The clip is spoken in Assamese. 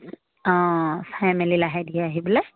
অঁ চাই মেলি লাহে ধাৰে আহিবলৈ